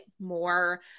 more